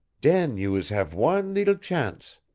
den you is have wan leetle chance.